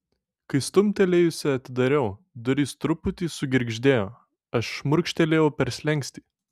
kai stumtelėjusi atidariau durys truputį sugirgždėjo aš šmurkštelėjau per slenkstį